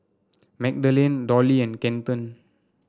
Magdalie Dollie and Kenton